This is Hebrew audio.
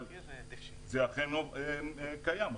אבל זה אכן קיים.